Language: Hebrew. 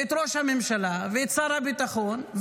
ואת ראש הממשלה ואת שר הביטחון,